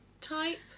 type